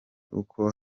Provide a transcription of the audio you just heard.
uko